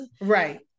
right